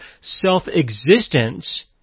self-existence